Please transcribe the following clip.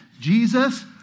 Jesus